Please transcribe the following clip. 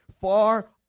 far